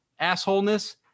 assholeness